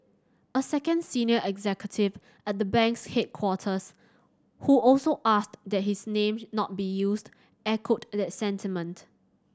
a second senior executive at the bank's headquarters who also asked that his name not be used echoed that sentiment